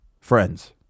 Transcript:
friends